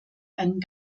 einen